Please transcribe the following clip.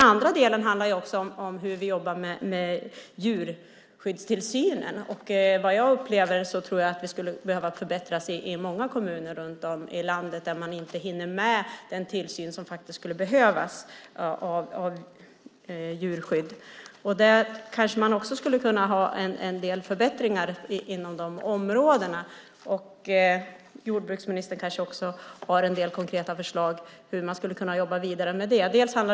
Sedan har vi frågan om hur vi jobbar med djurskyddstillsynen. Jag upplever att den skulle behöva förbättras i många kommuner runt om i landet där man inte hinner med den tillsyn som faktiskt skulle behövas av djurskyddet. Det kanske går att göra en del förbättringar inom dessa områden. Jordbruksministern kanske har en del konkreta förslag på hur man ska jobba vidare med dessa frågor.